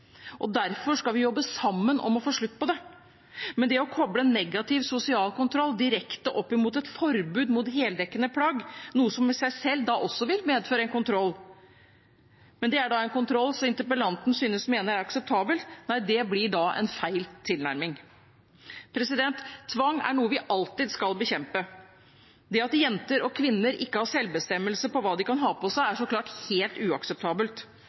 og derfor skal vi jobbe sammen om å få slutt på det. Men det å knytte negativ sosial kontroll direkte opp mot et forbud mot heldekkende plagg – noe som i seg selv også vil medføre en kontroll, men det er en kontroll som interpellanten synes å mene er akseptabel – blir en feil tilnærming. Tvang er noe vi alltid skal bekjempe. Det at jenter og kvinner ikke har selvbestemmelse om hva de kan ha på seg, er så klart helt uakseptabelt.